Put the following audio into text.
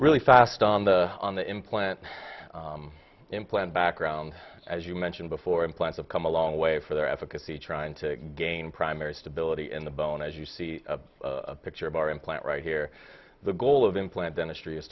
really fast on the on the implant implant background as you mentioned before implant have come a long way for their efficacy trying to gain primary stability in the bone as you see a picture of our implant right here the goal of implant dentistry